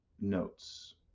notes